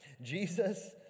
Jesus